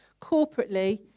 corporately